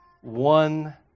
one